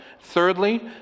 Thirdly